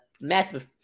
massive